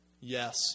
yes